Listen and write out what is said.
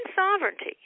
sovereignty